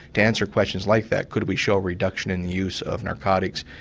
to answer questions like that, could we show reduction in the use of narcotics,